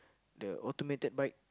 the automated bike